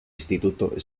instituto